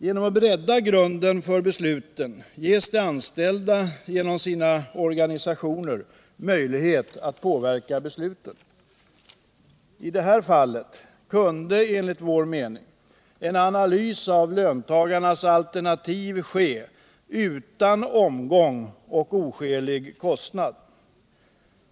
Med en breddad grund för besluten ges de anställda genom sina organisationer möjligheter att påverka dessa. I det här fallet kunde enligt vår mening en analys av löntagarnas alternativ göras utan omgång och oskälig kostnad.